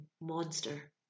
monster